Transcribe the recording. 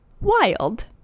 wild